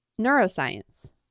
neuroscience